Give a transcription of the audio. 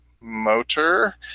Motor